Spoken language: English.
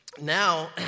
now